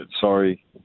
sorry